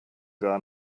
gar